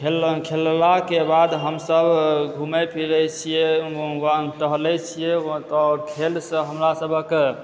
खेललहुँ खेललाके बाद हमसब घूमए फिरैत रहए छिऐ टहलै छिऐ ओकर बाद खेल से हमरा सबहक